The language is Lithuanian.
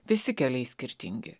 visi keliai skirtingi